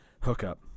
hookup